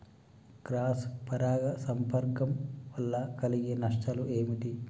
Cross పరాగ సంపర్కం వల్ల కలిగే నష్టాలు ఏమిటి?